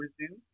resume